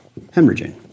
hemorrhaging